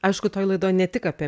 aišku toj laidoj ne tik apie